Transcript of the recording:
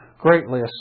greatly